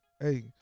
Hey